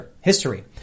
history